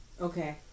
Okay